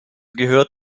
gehört